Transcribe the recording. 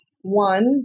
one